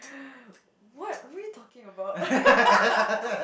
what what are you talking about